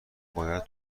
باید